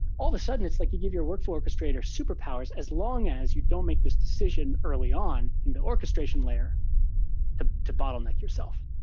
all of a sudden, it's like you give your workflow orchestrator superpowers as long as you don't make this decision early on in the orchestration layer to to bottleneck yourself.